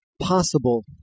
possible